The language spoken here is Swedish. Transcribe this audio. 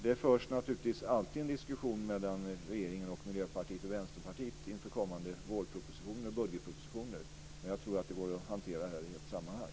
Det förs naturligtvis hela tiden en diskussion mellan regeringen, Miljöpartiet och Vänsterpartiet inför kommande vårpropositioner och budgetpropositioner, men jag tror att det går att hantera det här i ett sammanhang.